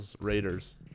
Raiders